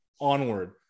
onward